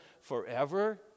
forever